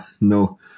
no